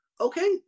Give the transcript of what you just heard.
Okay